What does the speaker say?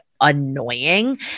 annoying